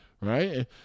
Right